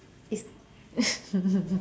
it's